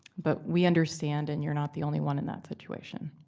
but we understand, and you're not the only one in that situation.